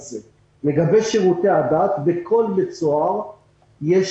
לגבי שירותי הדת בכל בית סוהר יש